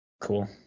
Cool